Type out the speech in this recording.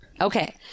Okay